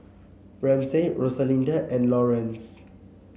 Ramsey Rosalinda and Lawerence